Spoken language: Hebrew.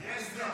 יש את הקומות.